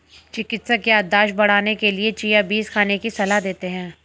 चिकित्सक याददाश्त बढ़ाने के लिए चिया बीज खाने की सलाह देते हैं